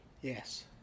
Yes